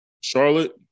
Charlotte